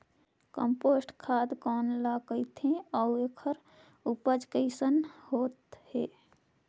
Compost खाद कौन ल कहिथे अउ एखर से उपजाऊ कैसन होत हे?